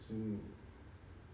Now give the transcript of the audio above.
he